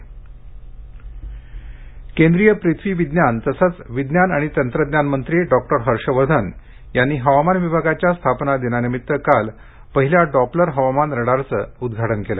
Doppler radar केंद्रीय पृथ्वी विज्ञान तसंच विज्ञान आणि तंत्रज्ञान मंत्री डॉक्टि हर्ष वर्धन यांनी हवामान विभागाच्या स्थापना दिनानिमित्त काल पहिल्या डॉपलर हवामान रडारचं उद्घाजे केलं